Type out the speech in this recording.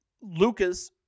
Lucas